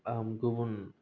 गुबुन